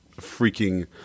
freaking